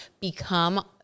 become